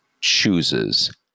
chooses